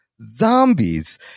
zombies